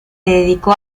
dedicó